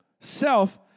self